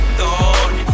thought